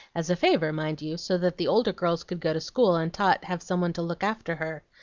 as a favor, mind you, so that the older girls could go to school and tot have some one to look after her.